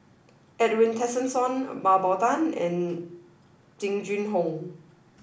Edwin Tessensohn Mah Bow Tan and Jing Jun Hong